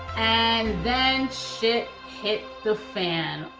and then shit hit the fan.